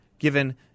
Given